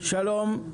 שלום.